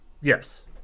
Yes